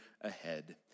ahead